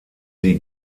sie